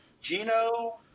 Gino